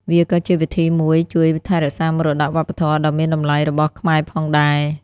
វាក៏ជាវិធីមួយជួយថែរក្សាមរតកវប្បធម៌ដ៏មានតម្លៃរបស់ខ្មែរផងដែរ។